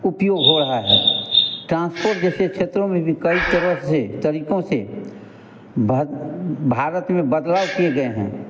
उपयोग हो रहा है ट्रांसपोर्ट जैसे क्षेत्रों में भी कई तरह से तरीक़ों से भद भारत में बदलाव किए गए हैं